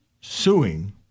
suing